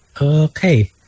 okay